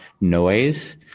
noise